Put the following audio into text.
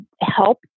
help